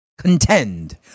contend